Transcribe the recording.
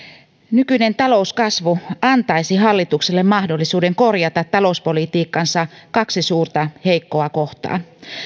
nykyinen talouskasvu antaisi hallitukselle mahdollisuuden korjata talouspolitiikkansa kaksi suurta heikkoa kohtaa